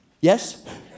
Yes